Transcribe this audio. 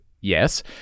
yes